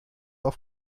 auf